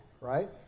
right